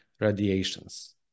radiations